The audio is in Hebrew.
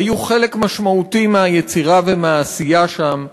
היו חלק משמעותי מהיצירה ומהעשייה שם,